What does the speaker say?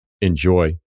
Enjoy